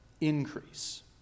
increase